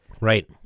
Right